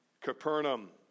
Capernaum